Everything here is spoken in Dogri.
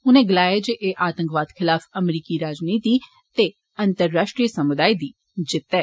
उनें गलाया जे एह आंतकवाद खिलाफ अमरीकी राजनीति ते अंतराश्ट्रीय समुदाय दी जित्त ऐ